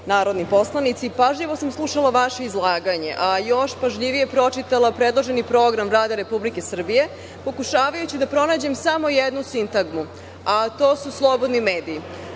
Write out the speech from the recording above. narodni poslanici, pažljivo sam slušala vaša izlaganje, još pažljivije pročitala predloženi program rada Republike Srbije, pokušavajući da pronađem samo jednu sintagmu, a to su slobodni mediji.